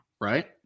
right